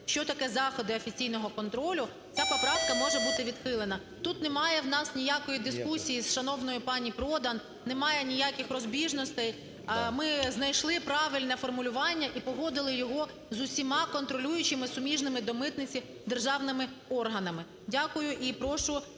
що таке заходи офіційного контролю, ця поправка може бути відхилена. Тут немає в нас ніякої дискусії з шановною пані Продан, немає ніяких розбіжностей. Ми знайшли правильне формулювання і погодили його з усіма контролюючими суміжними до митниці державними органами. Дякую і прошу